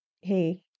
hey